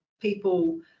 people